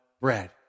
bread